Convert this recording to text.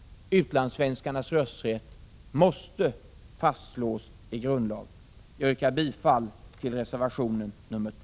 Utlandssvenskarnas rösträtt måste fastslås i grundlag. Jag yrkar bifall till reservation nr 10.